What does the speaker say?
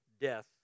death